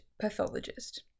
pathologist